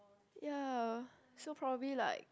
ya so probably like